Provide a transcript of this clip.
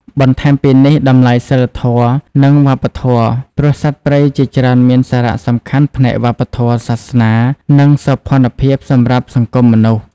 បន្ថែមពីនេះតម្លៃសីលធម៌ និងវប្បធម៌ ព្រោះសត្វព្រៃជាច្រើនមានសារៈសំខាន់ផ្នែកវប្បធម៌ សាសនា និងសោភ័ណភាពសម្រាប់សង្គមមនុស្ស។